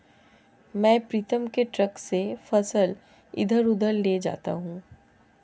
मैं प्रीतम के ट्रक से फसल इधर उधर ले जाता हूं